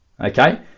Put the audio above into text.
Okay